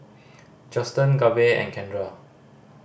Juston Gabe and Kendra